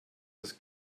das